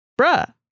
Bruh